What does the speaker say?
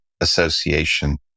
association